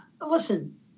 listen